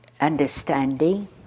understanding